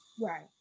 Right